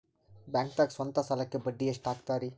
ಬ್ಯಾಂಕ್ದಾಗ ಸ್ವಂತ ಸಾಲಕ್ಕೆ ಬಡ್ಡಿ ಎಷ್ಟ್ ಹಕ್ತಾರಿ?